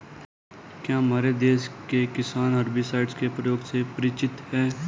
क्या हमारे देश के किसान हर्बिसाइड्स के प्रयोग से परिचित हैं?